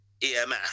EMF